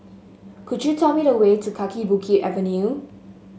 could you tell me the way to Kaki Bukit Avenue